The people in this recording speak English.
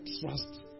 trust